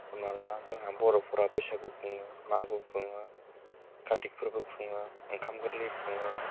हमना ला जोंहा बर'फोरा बैसागो खुङो मागो खुङो कार्तिक फोरबो खुङो ओंखाम गोरलै खुङो